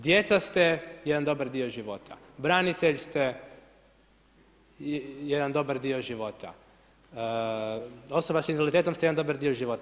Djeca ste jedan dobar dio života, branitelj ste jedan dobar dio života, osoba s invaliditetom ste jedan dobar dio života.